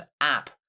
app